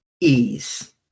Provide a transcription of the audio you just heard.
ease